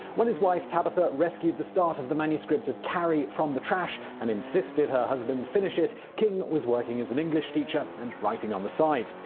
when his wife tabitha rescued the start of the manuscript of carrie from the trash and insisted her husband finish it, king was working as an english teacher and writing on the side.